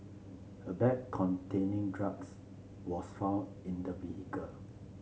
a bag containing drugs was found in the vehicle